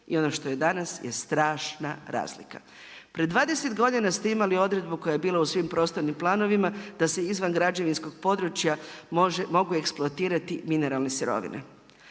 i ono što je danas je strašna razlika. Pred 20 godina ste imali odredbu koja je bila u svim prostornim planovima da se izvan građevinskog područja mogu eksploatirati mineralne sirovine.